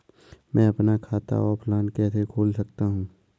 मैं अपना खाता ऑफलाइन कैसे खोल सकता हूँ?